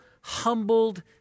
humbled